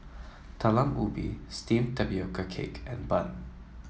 Talam Ubi steamed Tapioca Cake and Bun